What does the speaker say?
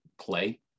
play